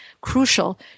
crucial